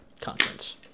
conference